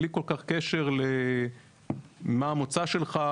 בלי כל כך קשר למה המוצא שלך,